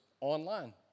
online